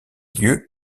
lieu